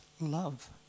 love